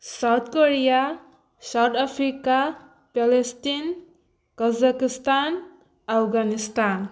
South Korea South Africa Palestine Kazakhstan Afghanistan